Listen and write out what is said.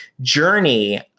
journey